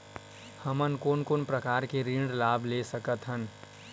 हमन कोन कोन प्रकार के ऋण लाभ ले सकत हन?